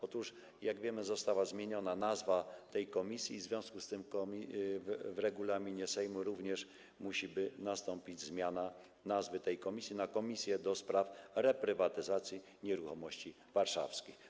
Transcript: Otóż, jak wiemy, została zmieniona nazwa tej komisji, w związku z tym w regulaminie Sejmu również musi nastąpić zmiana nazwy tej komisji na Komisję do spraw reprywatyzacji nieruchomości warszawskich.